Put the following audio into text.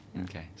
Okay